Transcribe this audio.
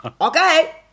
okay